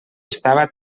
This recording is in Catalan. estava